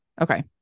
Okay